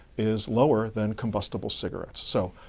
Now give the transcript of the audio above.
is lower than combustible cigarettes. so,